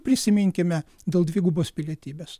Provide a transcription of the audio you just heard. prisiminkime dėl dvigubos pilietybės